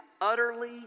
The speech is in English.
utterly